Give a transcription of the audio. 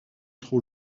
trop